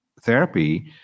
therapy